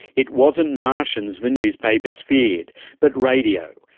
it wasn't martians the newspapers feared but radio,